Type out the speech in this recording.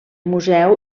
museu